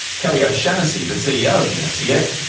kelly o'shanassy, the ceo of the acf,